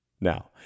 Now